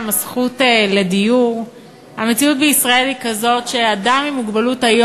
הלוואה לדיור לאדם עם מוגבלות),